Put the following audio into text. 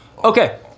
Okay